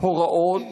הוראות